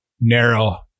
narrow